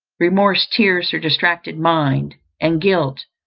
remorse tears her distracted mind, and guilt,